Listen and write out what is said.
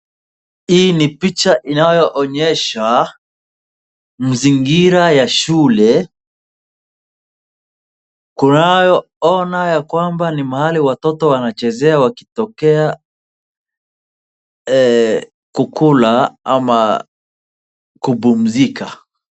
Hii ni picha inayoonyesha mazingira ya shule. Tunavyoona kwamba ni mahali watoto huchezea wakitokea kukula ama kupumzika.